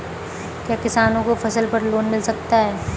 क्या किसानों को फसल पर लोन मिल सकता है?